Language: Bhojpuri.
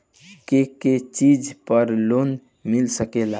के के चीज पर लोन मिल सकेला?